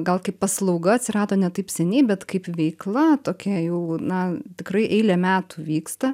gal kaip paslauga atsirado ne taip seniai bet kaip veikla tokia jau na tikrai eilę metų vyksta